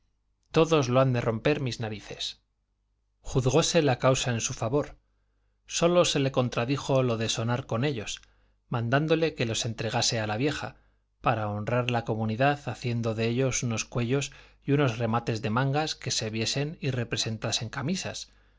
todos los han de romper mis narices juzgóse la causa en su favor solo se le contradijo lo del sonar con ellos mandándole que los entregase a la vieja para honrar la comunidad haciendo de ellos unos cuellos y unos remates de mangas que se viesen y representasen camisas